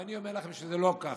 ואני אומר לכם שזה לא כך,